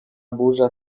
burza